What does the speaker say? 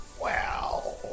Wow